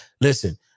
listen